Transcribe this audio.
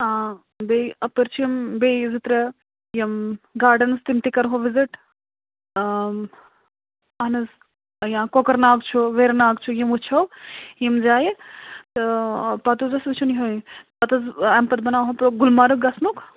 آ بیٚیہِ اَپٲرۍ چھِ یِم بیٚیہِ زٕ ترٛےٚ یِم گارڑَنٕز تِم تہِ کَرٕہَو وِزِٹ اَہَن حظ یا کۅکَر ناگ چھُ ویرِ ناگ چھُ یِم وُچھَو یِم جایہِ تہٕ پَتہٕ حظ اوس وُچھُن یِہَے پَتہٕ حظ أمۍ پَتہٕ بناوہو پرٛو گُلمرگ گژھٕنُک